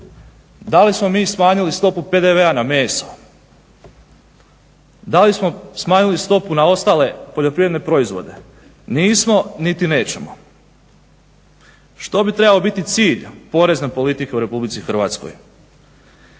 Da li smo mi smanjili stopu PDV-a na meso? Da li smo smanjili stopu na ostale poljoprivredne proizvode? Nismo niti nećemo. Što bi trebao biti cilj porezne politike u Republici Hrvatskoj?